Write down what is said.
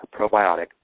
probiotic